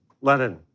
Lenin